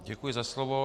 Děkuji za slovo.